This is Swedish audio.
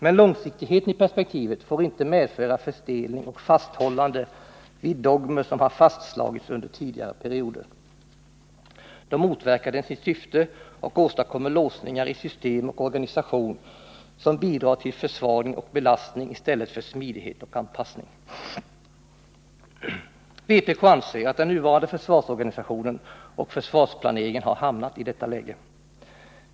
Men långsiktigheten i perspektivet får inte medföra förstelning och fasthållande vid dogmer som har fastslagits under tidigare perioder — då motverkar den sitt syfte och åstadkommer låsningar i system och organisation, som bidrar till försvagning och belastning i stället för smidighet och anpassning. Vpk anser att den nuvarande försvarsorganisationen och försvarsplaneringen har hamnat i detta läge.